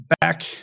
back